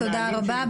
אז תודה רבה.